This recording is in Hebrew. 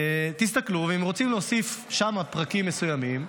תסתכלו, ואם רוצים להוסיף שם פרקים מסוימים,